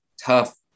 tough